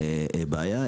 הבעיה,